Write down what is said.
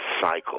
cycle